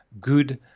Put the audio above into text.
good